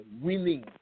Winning